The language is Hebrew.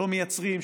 שלא מייצרים,